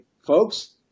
folks